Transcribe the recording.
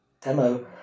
demo